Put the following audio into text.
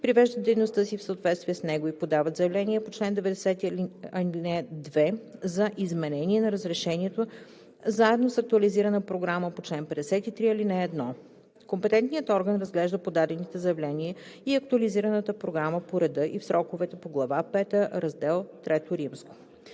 привеждат дейността си в съответствие с него и подават заявление по чл. 90, ал. 2 за изменение на разрешението заедно с актуализирана програма по чл. 53, ал. 1. Компетентният орган разглежда подадените заявления и актуализираната програма по реда и в сроковете по Глава пета, Раздел III.